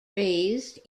raised